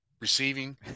receiving